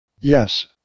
Yes